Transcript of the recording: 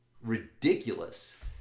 ridiculous